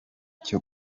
cyo